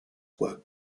were